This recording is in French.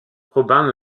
robin